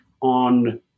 on